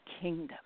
kingdom